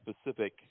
specific